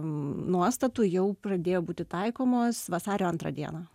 nuostatų jau pradėjo būti taikomos vasario antrą dieną